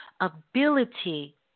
ability